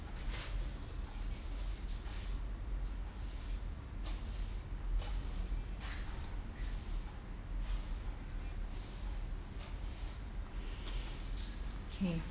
okay